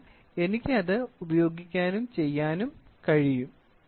അതിനാൽ എനിക്ക് അത് ഉപയോഗിക്കാനും ചെയ്യാനും കഴിയും